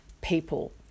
people